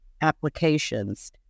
applications